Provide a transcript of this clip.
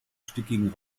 stickigen